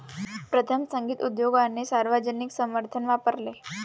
प्रथम, संगीत उद्योगाने सार्वजनिक समर्थन वापरले